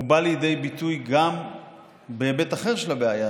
הוא בא לידי ביטוי גם בהיבט אחר של הבעיה,